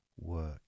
work